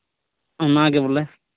ᱚᱱᱟᱜᱮ ᱵᱚᱞᱮ